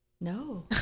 no